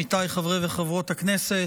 עמיתיי חברי וחברות הכנסת,